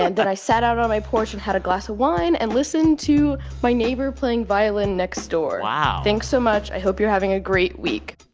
and then i sat out on my porch and had a glass of wine and listened to my neighbor playing violin next door wow thanks so much. i hope you're having a great week